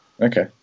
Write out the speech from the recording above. Okay